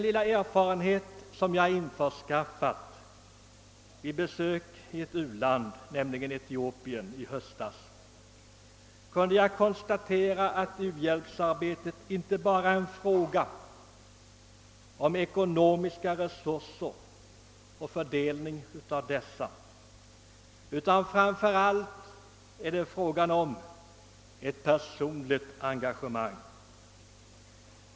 Vid ett besök i Etiopien i höstas kunde jag konstatera att uhjälpsarbetet inte bara är en fråga om ekonomiska resurser och fördelning av dessa utan framför allt innebär ett personligt engagemang.